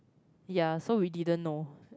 ya so we didn't know